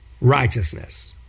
righteousness